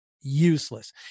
useless